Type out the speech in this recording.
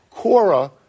Cora